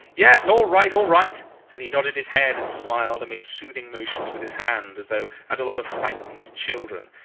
yes! all right! all right and he nodded his head, and smiled, and made soothing motions with his hand as though at a lot of frightened children.